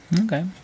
okay